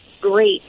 great